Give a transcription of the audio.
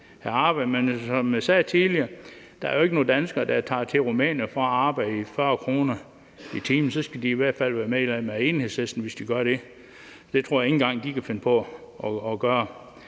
men som jeg sagde tidligere, er der jo ikke nogen danskere, der tager til Rumænien for at arbejde til 40 kr. i timen – så skal de i hvert fald være medlem af Enhedslisten, hvis de gør det, og jeg tror ikke engang, at de kunne finde på at gøre